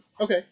Okay